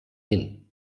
hin